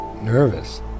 Nervous